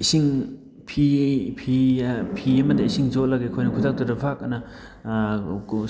ꯏꯁꯤꯡ ꯐꯤ ꯐꯤ ꯐꯤ ꯑꯃꯗ ꯏꯁꯤꯡ ꯆꯣꯠꯂꯒ ꯑꯩꯈꯣꯏꯅ ꯈꯨꯗꯛꯇꯨꯗ ꯐꯠ ꯑꯅ